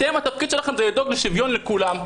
התפקיד שלכם זה לדאוג לשוויון לכולם.